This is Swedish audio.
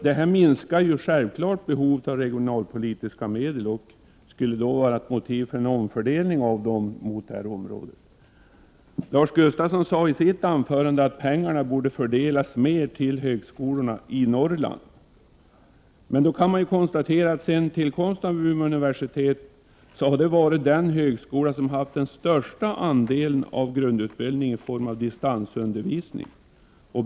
Detta minskar självfallet behovet av regionalpolitiska medel och skulle vara ett motiv för en omfördelning inom detta område. Lars Gustafsson sade i sitt anförande att pengarna borde fördelas mer till högskolorna i Norrland. Man kan dock konstatera att Umeå universitet sedan sin tillkomst har varit den högskola som haft den största andelen av grundutbildningen i form av distansundervisning.